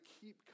keep